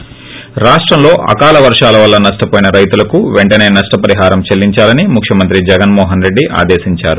ి రాష్టంలో ఆకాల వర్షాల వల్ల నష్షపోయిన రైతులకు పెంటనే నష్ణపరిహారం చెల్లించాలని ముఖ్యమంత్రి జగన్ మోహన్ రెడ్డి ఆదేశించారు